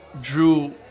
drew